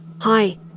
Hi